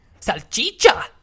Salchicha